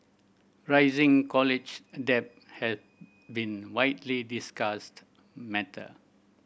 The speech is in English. rising college debt has been widely discussed matter